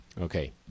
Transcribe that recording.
Okay